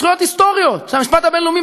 אלו זכויות היסטוריות שהמשפט הבין-לאומי